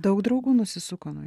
daug draugų nusisuko nuo